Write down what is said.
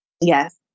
Yes